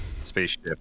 spaceship